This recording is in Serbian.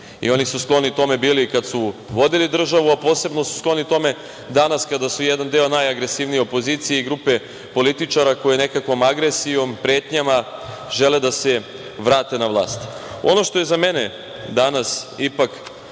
Oni su skloni tome bili i kad su vodili državu, a posebno su skloni tome danas kada su jedan deo najagresivnije opozicije i grupe političara koji nekakvom agresijom, pretnjama, žele da se vrate na vlast. Ono što je za mene danas ipak